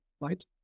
right